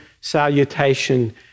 salutation